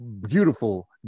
beautiful